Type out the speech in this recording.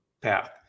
path